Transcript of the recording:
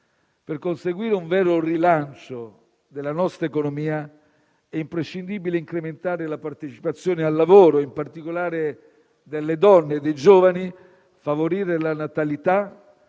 Per conseguire un vero rilancio della nostra economia è imprescindibile incrementare la partecipazione al lavoro, in particolare delle donne e dei giovani, favorire la natalità,